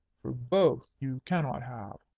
for both you cannot have.